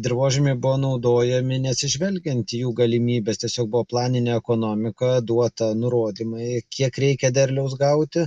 dirvožemiai buvo naudojami neatsižvelgiant į jų galimybes tiesiog buvo planinė ekonomika duota nurodymai kiek reikia derliaus gauti